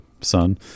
son